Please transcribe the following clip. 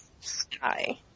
Sky